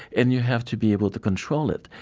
and you have to be able to control it.